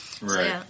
Right